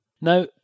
now